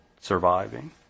surviving